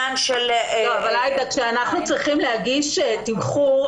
כשאנחנו צריכים להגיש תמחור,